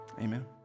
Amen